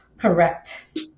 Correct